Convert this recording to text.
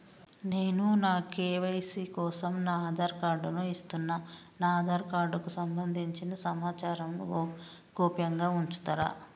నేను నా కే.వై.సీ కోసం నా ఆధార్ కార్డు ను ఇస్తున్నా నా ఆధార్ కార్డుకు సంబంధించిన సమాచారంను గోప్యంగా ఉంచుతరా?